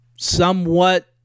somewhat